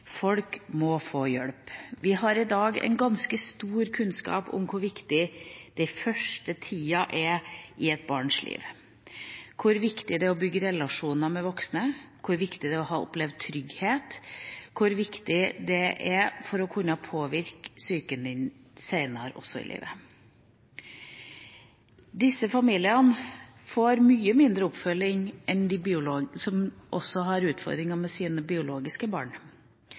Folk må få hjelp. Vi har i dag ganske stor kunnskap om hvor viktig den første tida er i et barns liv, hvor viktig det er å bygge relasjoner med voksne, hvor viktig det er å ha opplevd trygghet, hvor viktig det er for å kunne påvirke psyken også senere i livet. Disse familiene får mye mindre oppfølging enn dem med biologiske barn, som også har utfordringer.